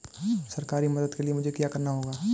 सरकारी मदद के लिए मुझे क्या करना होगा?